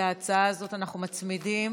להצעה הזאת אנחנו מצמידים